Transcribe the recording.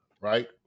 right